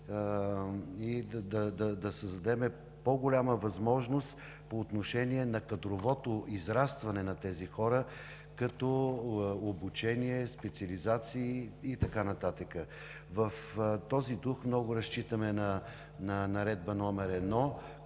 да създадем и по-голяма възможност по отношение кадровото израстване на тези хора като обучение, специализации и така нататък. В този дух много разчитаме на Наредба № 1,